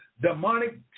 demonic